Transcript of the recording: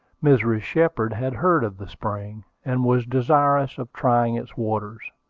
mrs. shepard had heard of the spring, and was desirous of trying its waters.